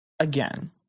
Again